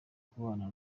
kubana